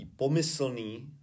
pomyslný